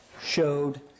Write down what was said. showed